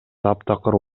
таптакыр